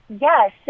Yes